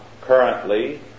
currently